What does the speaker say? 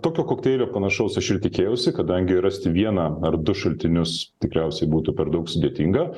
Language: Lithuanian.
tokio kokteilio panašaus aš ir tikėjausi kadangi rasti vieną ar du šaltinius tikriausiai būtų per daug sudėtinga